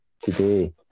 today